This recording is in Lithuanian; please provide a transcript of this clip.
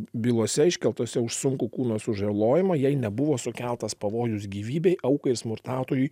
bylose iškeltose už sunkų kūno sužalojimą jai nebuvo sukeltas pavojus gyvybei aukai smurtautojui